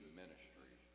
ministry